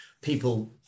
people